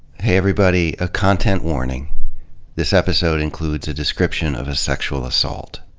hey everybody, a content warning this episode includes a description of a sexual assault.